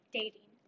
dating